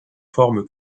forme